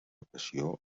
passió